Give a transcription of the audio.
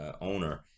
owner